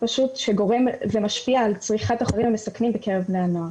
שגורם ומשפיע על צריכת החומרים המסכנים בקרב בני הנוער.